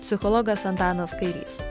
psichologas antanas kairys